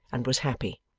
and was happy.